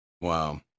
Wow